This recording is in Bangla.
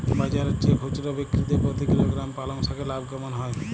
বাজারের চেয়ে খুচরো বিক্রিতে প্রতি কিলোগ্রাম পালং শাকে লাভ কেমন হয়?